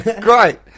great